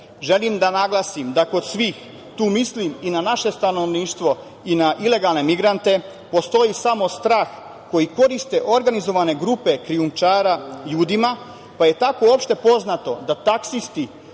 da naglasim da kod svih, tu mislim i na naše stanovništvo i na ilegalne migrante, postoji samo strah koji koriste organizovane grupe krijumčara ljudima, pa je tako opšte poznato da taksisti